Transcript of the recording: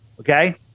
Okay